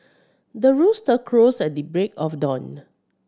the rooster crows at the break of dawn